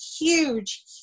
huge